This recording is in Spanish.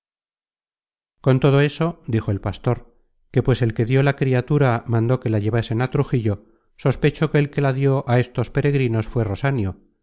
con todo eso dijo el pastor que pues el que dió la criatura mandó que la llevasen á trujillo sospecho que el que la dió á estos peregrinos fué rosanio